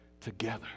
together